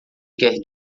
quer